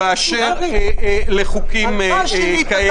וצריך לומר שלא אני הגשתי את